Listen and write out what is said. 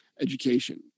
education